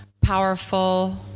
powerful